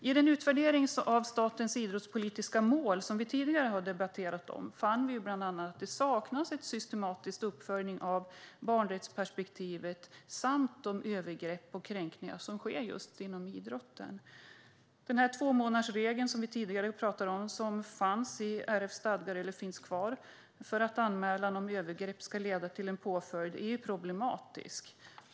I den utvärdering av statens idrottspolitiska mål som vi har debatterat tidigare har det framkommit att det bland annat saknas en systematisk uppföljning av barnrättsperspektivet samt de övergrepp och kränkningar som sker inom idrotten. Den tvåmånadersregel i RF:s stadgar som finns kvar för att anmälan om övergrepp ska leda till en påföljd, som vi tidigare har talat om, är problematisk.